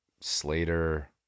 slater